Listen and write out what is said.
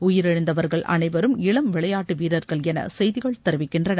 உயிரிழந்தவர்கள் அனைவரும் இளம் விளையாட்டு வீரர்கள் என செய்திகள் தெரிவிக்கின்றன